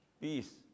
peace